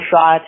shot